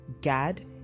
Gad